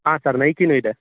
ಹಾಂ ಸರ್ ನೈಕಿನು ಇದೆ